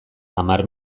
hamar